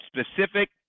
specific